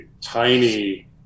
tiny